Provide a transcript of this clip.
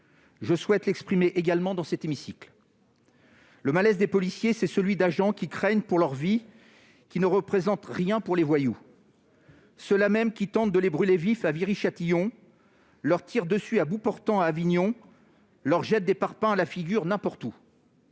Je souhaite l'exprimer également dans cet hémicycle. Le malaise des policiers, c'est celui d'agents qui craignent pour leur vie, laquelle ne représente rien pour les voyous, ceux-là mêmes qui tentent de les brûler vifs à Viry-Châtillon, leur tirent dessus à bout portant à Avignon, leur jettent des parpaings à la figure n'importe où.